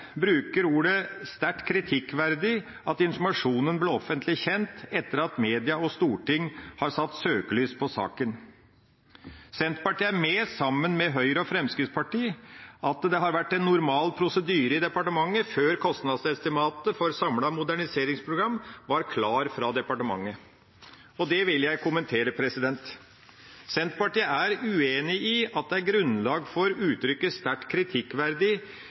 bruker uttrykket «sterkt kritikkverdig» om at informasjonen ble offentlig kjent etter at media og Stortinget hadde satt søkelys på saken. Senterpartiet er, sammen med Høyre og Fremskrittspartiet, med på at det har vært en normal prosedyre i departementet før kostnadsestimatet for samlet moderniseringsprogram var klart fra departementet. Det vil jeg kommentere. Senterpartiet er uenig i at det er grunnlag for uttrykket «sterkt kritikkverdig»